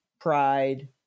pride